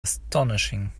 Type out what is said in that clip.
astonishing